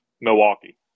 Milwaukee